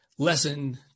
lesson